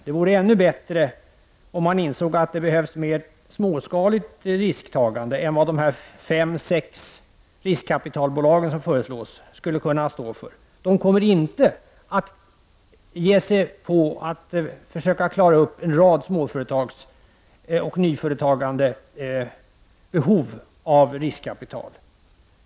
Det vore ännu bättre om han insåg att det behövs mer småskaligt risktagande än vad de fem sex riskkapitalbolag som föreslås skulle kunna stå för. De kommer inte att försöka tillfredsställa en rad småföretags och nya företags behov av riskkapital.